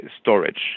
storage